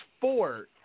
four